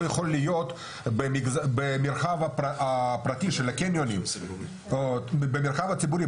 יכול להיות במרחב הפרטי של הקניונים או במרחב הציבורי.